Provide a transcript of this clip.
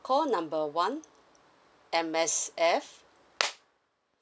call number one M_S_F